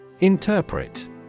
Interpret